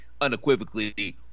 unequivocally